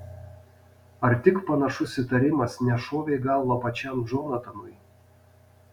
ar tik panašus įtarimas nešovė į galvą pačiam džonatanui